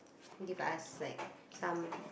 give us like some